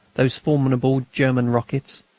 those formidable german rockets,